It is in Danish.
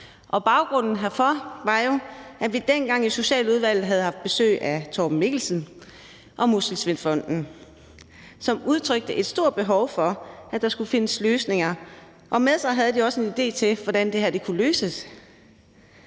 Og baggrunden herfor var jo, at vi dengang i Socialudvalget havde haft besøg af Torben Mikkelsen og Muskelsvindfonden, som udtrykte et stort behov for, at der skulle findes løsninger. Og med sig havde de også en idé til, hvordan det her kunne løses.